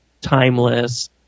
timeless